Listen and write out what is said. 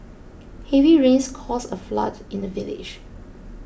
heavy rains caused a flood in the village